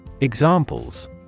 Examples